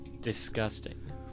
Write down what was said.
Disgusting